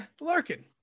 Larkin